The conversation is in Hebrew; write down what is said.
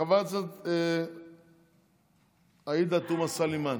חברת הכנסת עאידה תומא סלימאן,